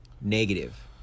negative